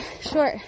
short